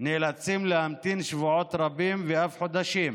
נאלצים להמתין שבועות רבים ואף חודשים